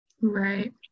Right